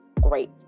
great